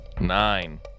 Nine